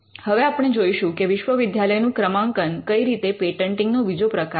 હવે આપણે જોઈશું કે વિશ્વવિદ્યાલયનું ક્રમાંકન કઈ રીતે પેટન્ટિંગ નો બીજો પ્રકાર છે